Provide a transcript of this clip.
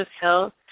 health